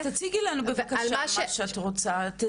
אז תציגי לנו בבקשה מה שאת רוצה,